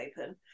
open